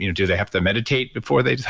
you know do they have to meditate before they.